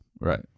right